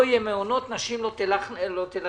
לא יהיו מעונות, נשים לא תלכנה לעבודה,